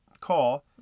call